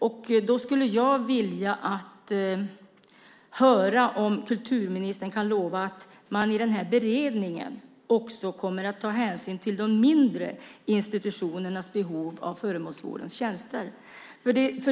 Jag skulle vilja höra om kulturministern kan lova att man i beredningen också kommer att ta hänsyn till de mindre institutionernas behov av föremålsvårdens tjänster.